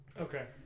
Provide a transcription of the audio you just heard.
Okay